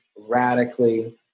radically